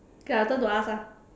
okay ah your turn to ask ah